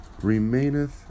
remaineth